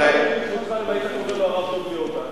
מעורר הרבה מאוד מהומות.